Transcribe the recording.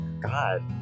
God